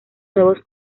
nuevos